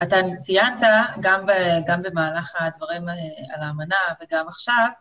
אתה ציינת, גם במהלך הדברים על האמנה וגם עכשיו.